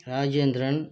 Rajendran